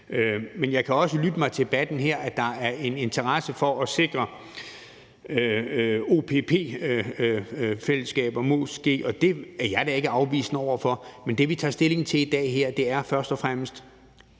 Men jeg kan også lytte mig til på debatten her, at der er en interesse for at sikre OPP-partnerskab, og det er jeg da ikke afvisende over for. Men det, vi tager stilling til her i dag, er først og fremmest